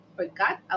forgot